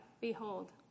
Behold